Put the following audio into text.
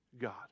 God